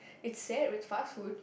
it's sad it's fast food